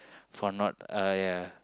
for not uh yeah